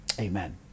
Amen